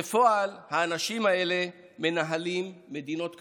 בפועל, האנשים האלה מנהלים מדינות קטנות.